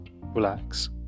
relax